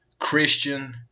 Christian